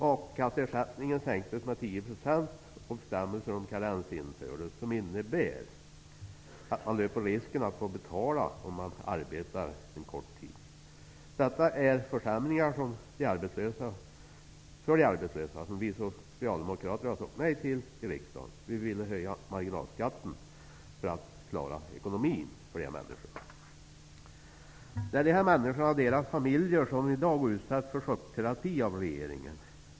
A-kasseersättningen sänktes med 10 % och bestämmelser om karens infördes, som innebär att man löper risken att få betala om man arbetar en kort tid. Detta är försämringar för de arbetslösa som vi socialdemokrater sade nej till i riksdagen. Vi ville höja marginalskatten för att klara ekonomin för de arbetslösa. Det är de arbetslösa och deras familjer som i dag utsätts för chockterapi av regeringen.